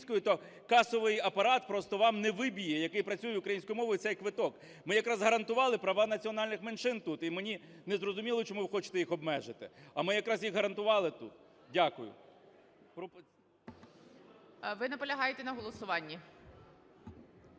то касовий апарат просто вам не виб'є, який працює українською мовою, цей квиток. Ми якраз гарантували права національних менших тут, і мені незрозуміло, чому ви хочете їх обмежити. А ми якраз їх гарантували тут. Дякую. Веде засідання